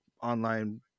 online